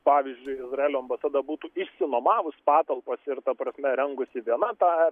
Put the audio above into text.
pavyzdžiui izraelio ambasada būtų išsinuomavus patalpas ir ta prasme rengusi viena tą